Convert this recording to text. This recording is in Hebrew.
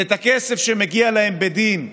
הכסף מגיע להם בדין כפיקדון,